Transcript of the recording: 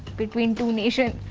between two nations.